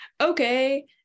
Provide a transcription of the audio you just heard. okay